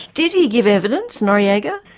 did he give evidence, noriega?